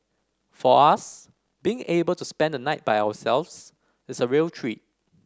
for us being able to spend the night by ourselves is a real treat